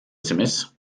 sms